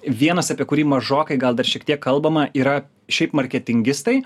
vienas apie kurį mažokai gal dar šiek tiek kalbama yra šiaip marketingistai